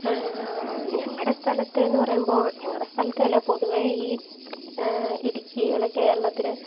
ഞങ്ങളുടെ സ്ഥലത്തെന്ന് പറയുമ്പോൾ ഞങ്ങളുടെ സ്ഥലത്തെ അല്ല പൊതുവെ ഈ ഇടുക്കി അല്ലേ കേരളത്തിൽ